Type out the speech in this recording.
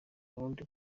burundi